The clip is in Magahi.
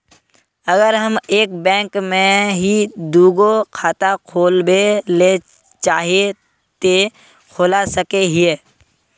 अगर हम एक बैंक में ही दुगो खाता खोलबे ले चाहे है ते खोला सके हिये?